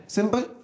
Simple